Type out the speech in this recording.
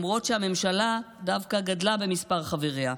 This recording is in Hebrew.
למרות שהממשלה דווקא גדלה במספר חבריה.